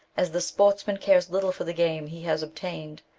as the sportsman cares little for the game he has obtained,